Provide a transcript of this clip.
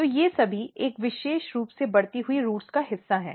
तो ये सभी एक विशेष रूप से बढ़ती रूट्स का हिस्सा हैं